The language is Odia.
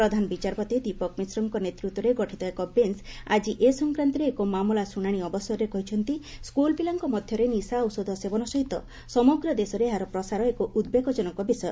ପ୍ରଧାନ ବିଚାରପତି ଦୀପକ୍ ମିଶ୍ରଙ୍କ ନେତୃତ୍ୱରେ ଗଠିତ ଏକ ବେଞ୍ଚ ଆଜି ଏ ସଂକ୍ରାନ୍ତରେ ଏକ ମାମଲା ଶୁଶାଣି ଅବସରରେ କହିଛନ୍ତି ସ୍କୁଲ୍ ପିଲାଙ୍କ ମଧ୍ୟରେ ନିଶାଔଷଧ ସେବନ ସହିତ ସମଗ୍ର ଦେଶରେ ଏହାର ପ୍ରସାର ଏକ ଉଦ୍ବେଗଜନକ ବିଷୟ